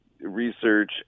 research